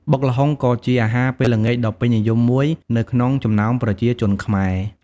បុកល្ហុង ក៏ជាអាហារពេលល្ងាចដ៏ពេញនិយមមួយនៅក្នុងចំំំណោមប្រជាជនខ្មែរ។